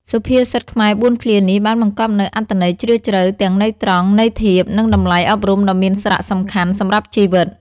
សុភាសិតខ្មែរ៤ឃ្លានេះបានបង្កប់នូវអត្ថន័យជ្រាលជ្រៅទាំងន័យត្រង់ ន័យធៀប និងតម្លៃអប់រំដ៏មានសារៈសំខាន់សម្រាប់ជីវិត។